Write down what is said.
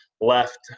left